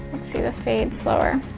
let's see the fade slower.